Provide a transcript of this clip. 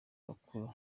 bakuru